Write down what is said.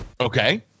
Okay